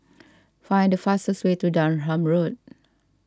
find the fastest way to Durham Road